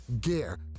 gear